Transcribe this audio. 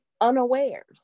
unawares